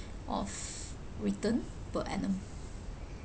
of return per annum